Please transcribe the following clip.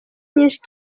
nyinshi